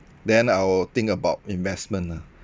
then I will think about investment lah